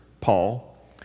Paul